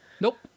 Nope